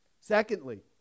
Secondly